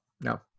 no